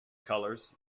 colors